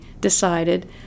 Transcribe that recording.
decided